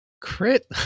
crit